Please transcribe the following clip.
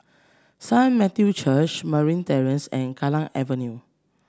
Saint Matthew Church Marine Terrace and Kallang Avenue